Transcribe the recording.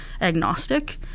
agnostic